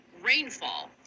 rainfall